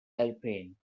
airplane